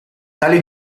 tali